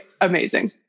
amazing